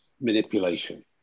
manipulation